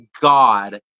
God